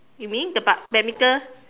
you mean the bad~ badminton